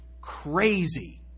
crazy